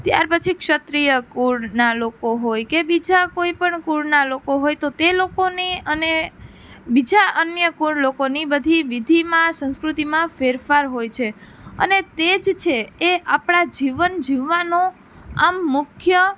ત્યારે પછી ક્ષત્રિય કુળના લોકો હોય કે બીજા કોઈ પણ કુળના લોકો હોય તો તે લોકોની અને બીજા અન્ય કુળ લોકોની બધી વિધિમાં સંસ્કૃતિમાં ફેરફાર હોય છે અને તે જ છે એ આપણા જીવન જીવવાનો આમ મુખ્ય